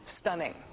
stunning